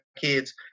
kids